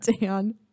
Dan